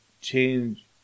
change